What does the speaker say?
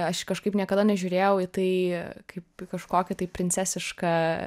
aš kažkaip niekada nežiūrėjau į tai kaip į kažkokį tai princesišką